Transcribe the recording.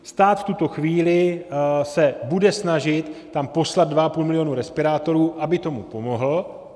Stát v tuto chvíli se bude snažit tam poslat 2,5 milionu respirátorů, aby tomu pomohl.